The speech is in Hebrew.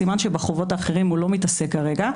סימן שבחובות האחרים הוא לא מתעסק כרגע,